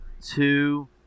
two